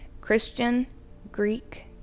Christian-Greek